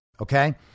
Okay